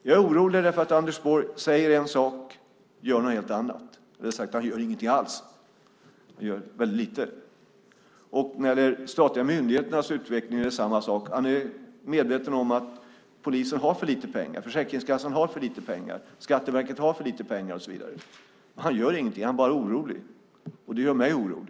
Jag är orolig därför att Anders Borg säger en sak och gör någonting helt annat, eller rättare sagt ingenting alls eller väldigt lite. När det gäller de statliga myndigheternas utveckling är det samma sak. Han är medveten om att Polisen har för lite pengar, Försäkringskassan har för lite pengar, Skatteverket har för lite pengar, och så vidare. Men han gör ingenting, han är bara orolig. Det gör mig orolig.